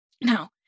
Now